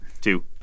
two